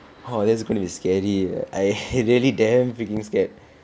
oh that's going to be scary eh I really damn freaking scared